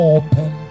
open